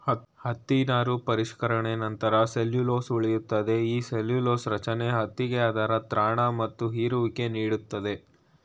ಹತ್ತಿ ನಾರು ಪರಿಷ್ಕರಣೆ ನಂತ್ರ ಸೆಲ್ಲ್ಯುಲೊಸ್ ಉಳಿತದೆ ಈ ಸೆಲ್ಲ್ಯುಲೊಸ ರಚನೆ ಹತ್ತಿಗೆ ಅದರ ತ್ರಾಣ ಮತ್ತು ಹೀರುವಿಕೆ ನೀಡ್ತದೆ